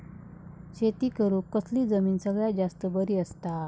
शेती करुक कसली जमीन सगळ्यात जास्त बरी असता?